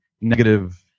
negative